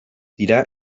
dira